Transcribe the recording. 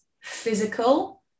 physical